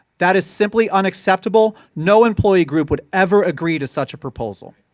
that is simply unacceptable. no employee group would ever agree to such a proposal.